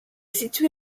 situé